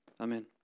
Amen